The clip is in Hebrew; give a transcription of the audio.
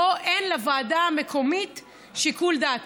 שבו אין לוועדה המקומית שיקול דעת.